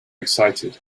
excited